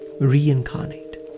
reincarnate